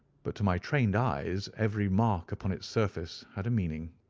but to my trained eyes every mark upon its surface had a meaning.